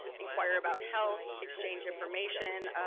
inquire about health, exchange information,